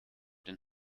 den